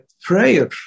prayer